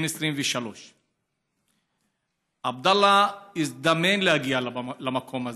בן 23. עבדאללה הזדמן להגיע למקום הזה.